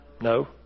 No